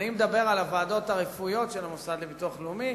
אני מדבר על הוועדות הרפואיות של המוסד לביטוח לאומי.